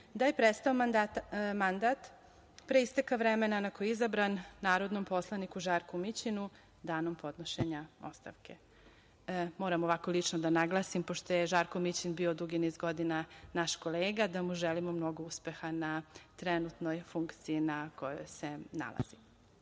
da je prestao mandat, pre isteka vremena na koje je izabran, narodnom poslaniku Žarku Mićinu danom podnošenja ostavke. Moram ovako lično da naglasim, pošto je Žarko Mićin bio dugi niz godina naš kolega, da mu želimo mnogo uspeha na trenutnoj funkciji na kojoj se